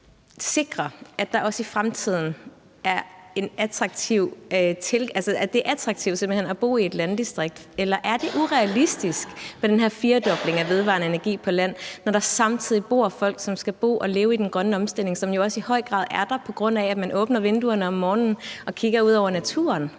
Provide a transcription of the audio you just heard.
sikre, at det også i fremtiden er attraktivt simpelt hen at bo i et landdistrikt? Eller er det urealistisk med den her firedobling af vedvarende energi på land, når der samtidig bor folk, som skal bo og leve i den grønne omstilling, og som jo også i høj grad er der, på grund af at man åbner vinduerne om morgenen og kigger ud over naturen?